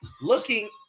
looking